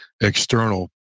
external